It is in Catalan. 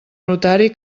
notari